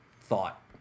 thought